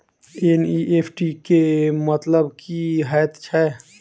NEFT केँ मतलब की हएत छै?